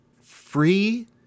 free